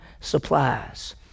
supplies